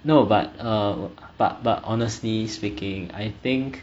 no but err but but honestly speaking I think